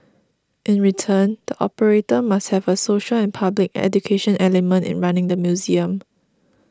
in return the operator must have a social and public education element in running the museum